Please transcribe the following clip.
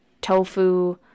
tofu